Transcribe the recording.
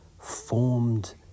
formed